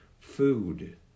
food